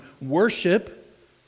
worship